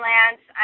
Lance